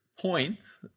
points